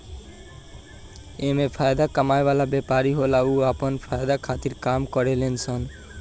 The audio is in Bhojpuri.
एमे फायदा कमाए वाला व्यापारी होला उ आपन फायदा खातिर काम करेले सन